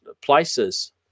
places